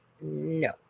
no